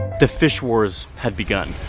the fish wars had begun.